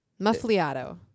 Muffliato